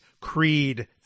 Creed